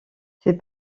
ces